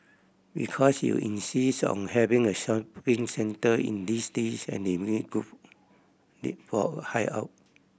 because you insisted on having a shopping centre in this list and they make good make for hideout